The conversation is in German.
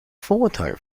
vorteil